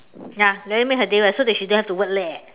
ya then I make her day right so that she don't have to work leh